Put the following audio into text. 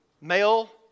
Male